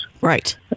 Right